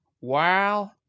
Wow